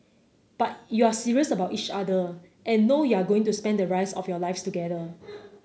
but you're serious about each other and know you're going to spend the rest of your lives together